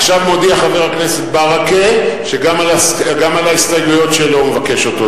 עכשיו מודיע חבר הכנסת ברכה שגם על ההסתייגויות שלו הוא מבקש אותו דבר.